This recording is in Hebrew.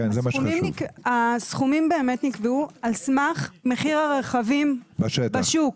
הסכומים נקבעו על סמך מחיר הרכבים בשוק.